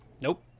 Nope